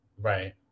Right